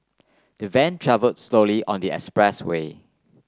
the van travel slowly on the expressway